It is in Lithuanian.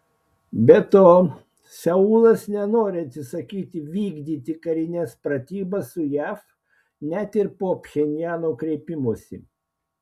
be to seulas nenori atsisakyti vykdyti karines pratybas su jav net ir po pchenjano kreipimosi